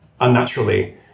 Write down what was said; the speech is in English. unnaturally